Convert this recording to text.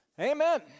Amen